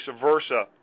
versa